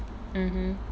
mm mm